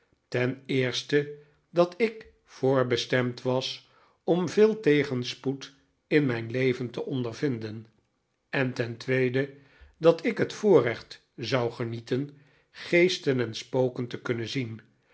ten eerste dat ik voorbestemd was om veel tegenspoed in mijn leven te ondervinden en ten tweede dat ik het voorrecht zou genieten geesten en spoken te kunnen zien